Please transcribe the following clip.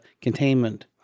Containment